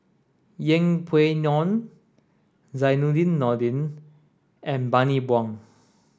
Yeng Pway Ngon Zainudin Nordin and Bani Buang